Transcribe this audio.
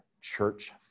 church